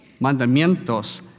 mandamientos